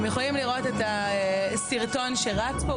אתם יכולים לראות את הסרטון שרץ פה,